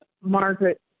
Margaret